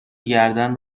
گردن